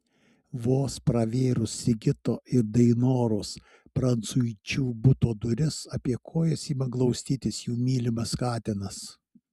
vos pravėrus sigito ir dainoros prancuičių buto duris apie kojas ima glaustytis jų mylimas katinas